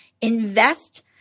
invest